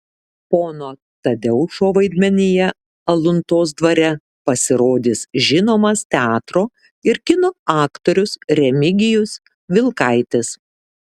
pono tadeušo vaidmenyje aluntos dvare pasirodys žinomas teatro ir kino aktorius remigijus vilkaitis